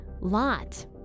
Lot